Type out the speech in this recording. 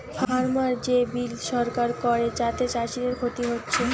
farmer যে bill সরকার করে যাতে চাষীদের ক্ষতি হচ্ছে